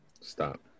Stop